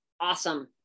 awesome